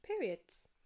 periods